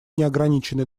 неограниченный